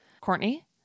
Courtney